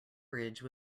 bridge